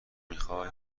میخوای